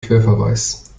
querverweis